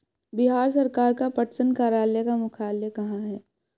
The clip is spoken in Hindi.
बिहार सरकार का पटसन कार्यालय का मुख्यालय कहाँ है?